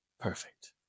Perfect